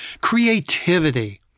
creativity